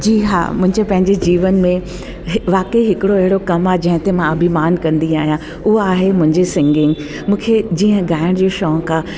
जी हा मुंहिंजे पंहिंजे जीवन में वाकई हिकिड़ो अहिड़ो कमु आहे जंहिं ते मां अभिमान कंदी आहियां उओ आहे मुंजी सिंगिंग मूंखे जीअं ॻाइण जो शौक़ु आहे